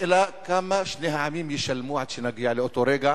השאלה, כמה שני העמים ישלמו עד שנגיע לאותו רגע.